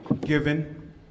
given